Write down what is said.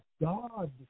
God